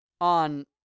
on